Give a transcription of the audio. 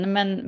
Men